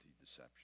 deception